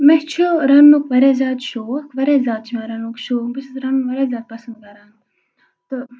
مےٚ چھُ رَننُک واریاہ زیادٕ شوق واریاہ زیادٕ چھُ مےٚ رَننُک شوق بہٕ چھَس رَنُن واریاہ زیادٕ پَسنٛد کَران تہٕ